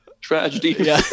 Tragedy